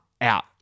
out